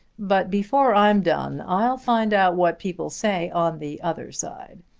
but before i'm done i'll find out what people say on the other side.